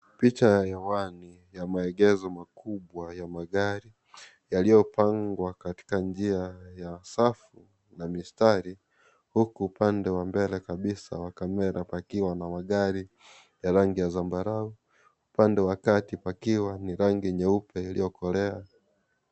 Picha ya hewani ya maegesho makubwa ya magari yaliyopangwa katika njia ya safu na mistari huku upande wa mbele kabisa wa kamera pakiwa na magari ya rangi ya zambarau. Upande wa kati ukiwa wa rangi nyeupe iliyokolea.